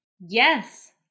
Yes